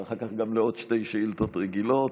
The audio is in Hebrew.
ואחר כך גם לעוד שתי שאילתות רגילות.